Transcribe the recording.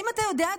האם אתה יודע,